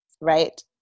right